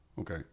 okay